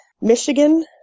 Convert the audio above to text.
Michigan